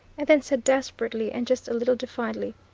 and then said desperately and just a little defiantly,